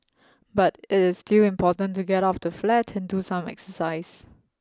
but it is still important to get out of the flat and do some exercise